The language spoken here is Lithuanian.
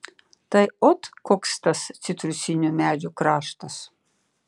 tai ot koks tas citrusinių medžių kraštas